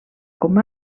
com